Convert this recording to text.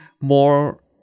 more